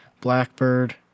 blackbird